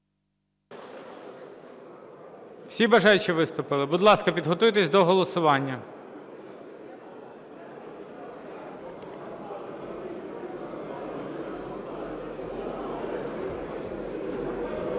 Всі бажаючі виступили? Будь ласка, підготуйтеся до голосування.